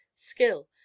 skill